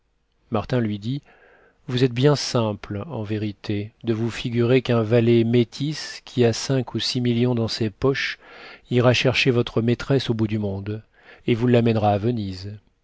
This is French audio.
martin lui dit vous êtes bien simple en vérité de vous figurer qu'un valet métis qui a cinq ou six millions dans ses poches ira chercher votre maîtresse au bout du monde et vous l'amènera à venise